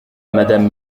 madame